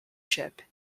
ship